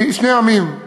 שני עמים.